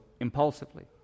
impulsively